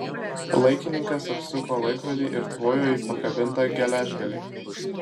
laikininkas apsuko laikrodį ir tvojo į pakabintą geležgalį